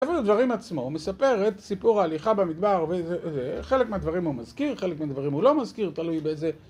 בספר דברים עצמו הוא מספר את סיפור ההליכה במדבר, וחלק מהדברים הוא מזכיר, חלק מהדברים הוא לא מזכיר, תלוי באיזה...